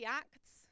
acts